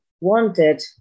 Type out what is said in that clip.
wanted